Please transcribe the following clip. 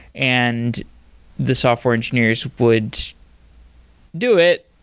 and the software engineers would do it,